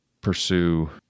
pursue